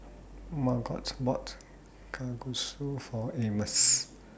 Margot bought Kalguksu For Amos